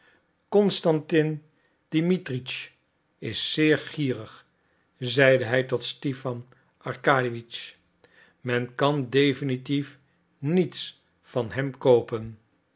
constantin dimitritsch is zeer gierig zeide hij tot stipan arkadiewitsch men kan definitief niets van hem koopen